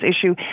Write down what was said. issue